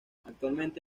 actualmente